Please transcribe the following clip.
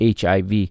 HIV